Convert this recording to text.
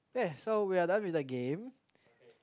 yes so we are done with the game